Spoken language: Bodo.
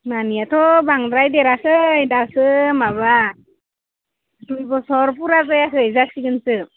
नानियाथ' बांद्राय देराखै दासो माबा दुइ बसर फुरा जायाखै जासिगोनसो